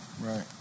Right